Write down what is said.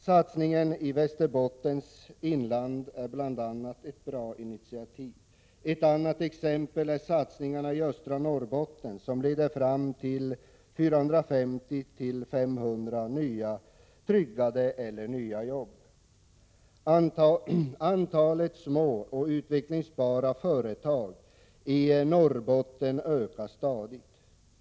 Ett bra initiativ är bl.a. satsningen på Västerbottens inland. Ett annat exempel är satsningarna i östra Norrbotten, som leder fram till 450-500 tryggade eller nya jobb. Antalet små och utvecklingsbara företag i Norrbotten ökar stadigt.